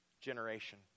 generation